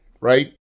right